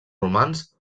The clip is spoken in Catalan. romans